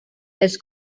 els